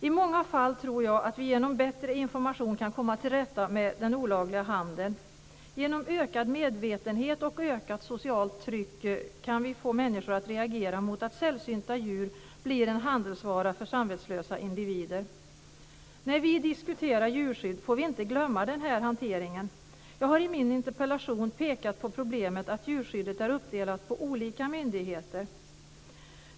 I många fall tror jag att vi genom bättre information kan komma till rätta med den olagliga handeln. Genom ökad medvetenhet och ökat socialt tryck kan vi få människor att reagera mot att sällsynta djur blir en handelsvara för samvetslösa individer. När vi diskuterar djurskydd får vi inte glömma den här hanteringen. Jag har i min interpellation pekat på problemet med att djurskyddet är fördelat på olika myndigheter.